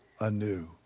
anew